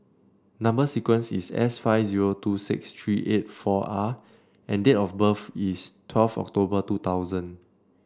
number sequence is S five zero two six three eight four R and date of birth is twelve October two thousand